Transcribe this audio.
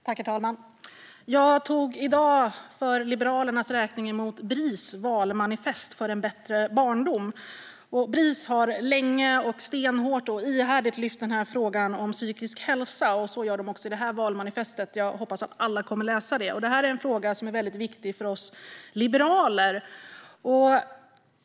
Herr talman! Jag tog i dag, för Liberalernas räkning, emot Bris valmanifest för en bättre barndom. Bris har länge, stenhårt och ihärdigt lyft frågan om psykisk hälsa. Så gör de också i detta valmanifest. Jag hoppas att alla kommer att läsa det. Detta är en fråga som är väldigt viktig för oss liberaler.